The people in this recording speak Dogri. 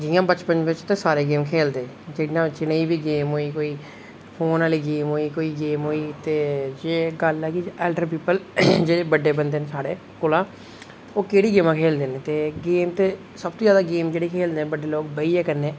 जि'यां बचपन बिच ते सारे गेम खेढदे जि'यां जनेही बी गेम होई कोई फोन आह्ली गेम होई एह् ऐ कि जेह्ड़े बड्डे बंदे न साढ़े कोला ओह् केह्ड़ी गेमां खेढदे न गेम ते सबतूं जैदा खेढदे न बेहियै कन्नै बड्डे लोक